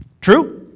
True